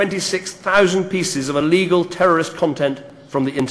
אלא מפני שחברי הקואליציה מצויים בלחץ אדיר,